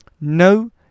no